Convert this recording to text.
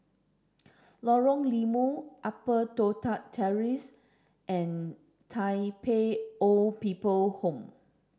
Lorong Limau Upper Toh Tuck Terrace and Tai Pei Old People Home